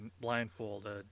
blindfolded